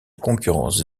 concurrence